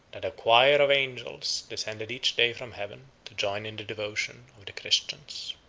that a choir of angels descended each day from heaven to join in the devotion of the christians.